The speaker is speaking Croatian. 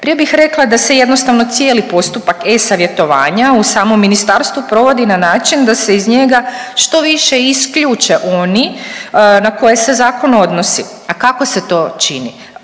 Prije bih rekla da se jednostavno cijeli postupak e-savjetovanja u samom ministarstvu provodi na način da se iz njega što više isključe oni na koje se zakon odnosi. A kako se to čini?